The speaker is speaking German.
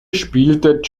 spielt